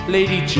Lady